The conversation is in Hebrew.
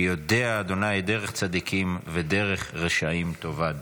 כי יודע ה' דרך צדיקים ודרך רשעים תאבד".